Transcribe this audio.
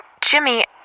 Jimmy